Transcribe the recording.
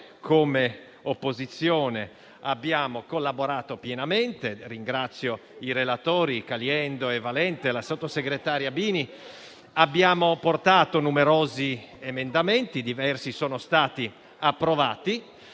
come opposizione, abbiamo collaborato pienamente. Ringrazio i relatori, i senatori Caliendo e Valente, e la sottosegretaria Bini. Abbiamo portato numerosi emendamenti e diversi sono stati approvati.